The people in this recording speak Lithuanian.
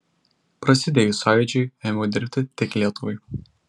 prasidėjus sąjūdžiui ėmiau dirbti tik lietuvai